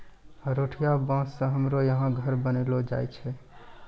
हरोठिया बाँस से हमरो यहा घर बनैलो जाय छै